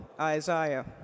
Isaiah